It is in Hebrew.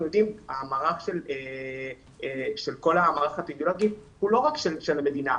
מערך האפידמיולוגי הוא לא רק של המדינה,